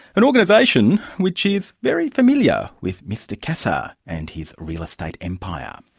an organisation which is very familiar with mr cassar and his real estate empire.